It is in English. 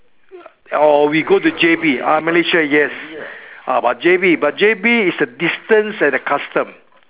or we go to J_B uh Malaysia yes ah but J_B but J_B is a distance and customs